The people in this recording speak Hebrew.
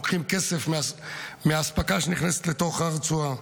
לוקחים כסף מהאספקה שנכנסת לתוך הרצועה.